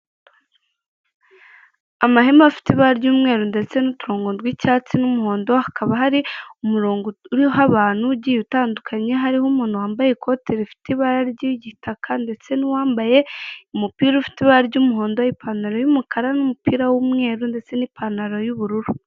Amahema afite ibara ry'umweru ndetse n'uturongo tw'icyatsi n'umuhondo, hakaba hari umurongo uriho abantu ugiye utandukanye, hariho umuntu wambaye ikote rifite ibara ry'igitaka ndetse n'uwambaye umupira ufite ibara ry'umuhondo, ipantaro y'umukara n'umupira w'umweru ndetse n'ipantaro y'ubururu.